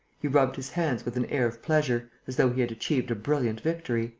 he rubbed his hands with an air of pleasure, as though he had achieved a brilliant victory